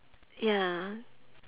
ya